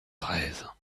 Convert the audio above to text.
treize